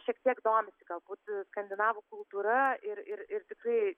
šiek tiek domisi galbūt skandinavų kultūra ir ir ir tikrai